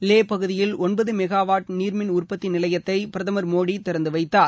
லே பகுதியில் ஒன்பது மெகாவாட் நீரிமின் உற்பத்தி நிலையத்தை பிரதமர் மோடி திறந்து வைத்தார்